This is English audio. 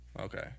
Okay